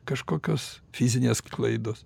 kažkokios fizinės klaidos